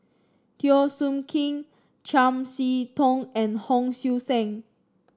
Teo Soon Kim Chiam See Tong and Hon Sui Sen